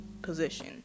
position